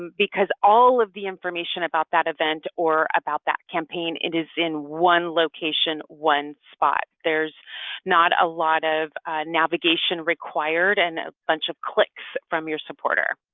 because all of the information about that event or about that campaign, it is in one location, one spot, there's not a lot of navigation required and a bunch of clicks from your supporter.